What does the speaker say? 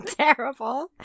terrible